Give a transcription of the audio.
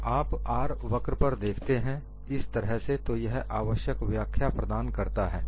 जब आप R वक्र पर देखते हैं इस तरह से तो यह आवश्यक व्याख्या प्रदान करता है